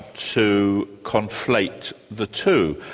to conflate the two?